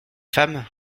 femme